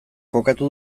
kokatu